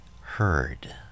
heard